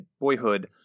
Boyhood